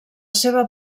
seva